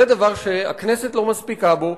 זה דבר שהכנסת לא מספיקה בו,